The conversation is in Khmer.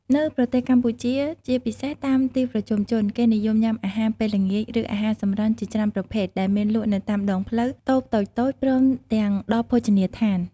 នៅប្រទេសកម្ពុជាជាពិសេសតាមទីប្រជុំជន គេនិយមញំុាអាហារពេលល្ងាច ឬអាហារសម្រន់ជាច្រើនប្រភេទ ដែលមានលក់នៅតាមដងផ្លូវ តូបតូចៗ ព្រមទាំងដល់ភោជនីយដ្ឋាន ។